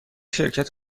شرکت